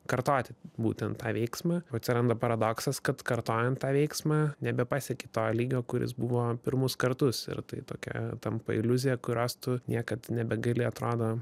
kartoti būtent tą veiksmą atsiranda paradoksas kad kartojant tą veiksmą nebepasiekė tą lygio kuris buvo pirmus kartus ir tai tokia tampa iliuzija kurios tu niekad nebegali atrado